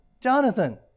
Jonathan